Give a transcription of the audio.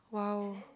!wow!